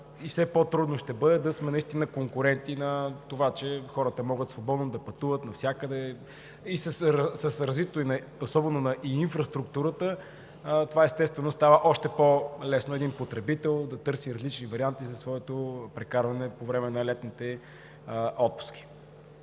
Все по-трудно ще бъде да сме наистина конкурентни поради това, че хората могат свободно да пътуват навсякъде. С развитието особено на инфраструктурата, естествено, става още по-лесно един потребител да търси различни варианти за своето прекарване по време на летните отпуски.